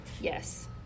Yes